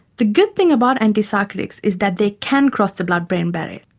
the good thing about antipsychotics is that they can cross the blood-brain barrier.